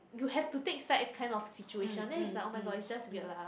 you have to take sides kind of situation then is like oh-my-god is just weird lah